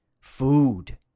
food